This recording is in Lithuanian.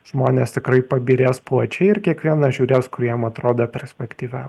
žmonės tikrai pabyrės plačiai ir kiekvienas žiūrės kur jam atrodo perspektyviausia